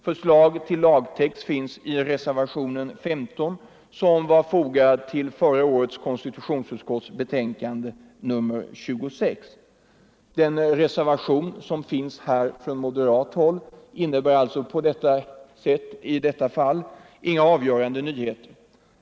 Förslaget till lagtext finns i reservationen 15 som var fogad till förra årets konstitutionsutskottsbetänkande nr 26. Den reservation som nu föreligger från moderat håll innebär alltså i detta fall inga avgörande nyheter.